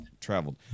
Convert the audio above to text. traveled